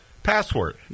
Password